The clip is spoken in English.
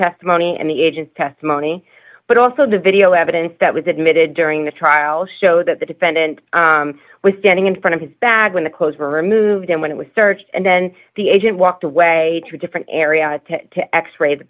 testimony and the agent's testimony but also the video evidence that was admitted during the trial show that the defendant was standing in front of his bag when the clothes were removed and when it was searched and then the agent walked away through different area to x ray the